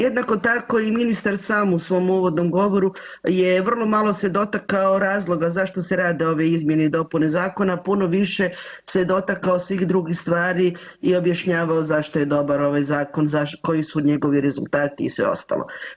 Jednako tako i ministar sam u svom uvodnom govoru je vrlo malo se dotakao razloga zašto se rade ove izmjene i dopune zakona, puno više se je dotakao svih drugih stvari i objašnjavao zašto je dobar ovaj zakon, koji su njegovi rezultati i sve ostalo.